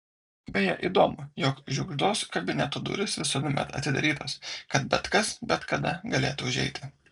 beje įdomu jog žiugždos kabineto durys visuomet atidarytos kad bet kas bet kada galėtų užeiti